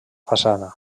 façana